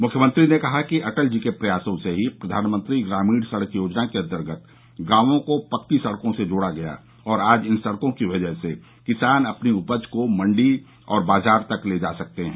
मुख्यमंत्री ने कहा कि अटल जी के प्रयासों से ही प्रधानमंत्री ग्रामीण सड़क योजना के अन्तर्गत गांवों को पक्की सड़कों से जोड़ा गया और आज इन सड़कों की वजह से किसान अपनी उपज को मंडी और बाजार तक ले जा सकते हैं